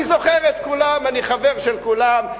אני זוכר את כולם, אני חבר של כולם.